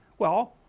well